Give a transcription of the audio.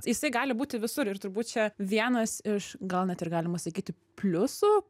jisai gali būti visur ir turbūt čia vienas iš gal net ir galima sakyti pliusų